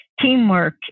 teamwork